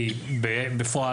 כי בפועל,